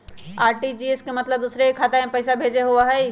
RTGS के मतलब दूसरे के खाता में पईसा भेजे होअ हई?